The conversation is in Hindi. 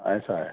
ऐसा है